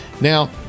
Now